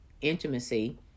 intimacy